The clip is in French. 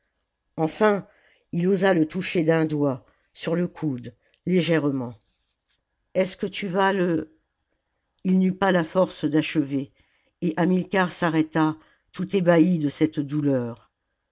enfin il osa le toucher d'un doigt sur le coude légèrement est-ce que tu vas le il n'eut pas la force d'achever et hamilcar s'arrêta tout ébahi de cette douleur